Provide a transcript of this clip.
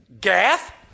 Gath